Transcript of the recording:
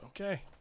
Okay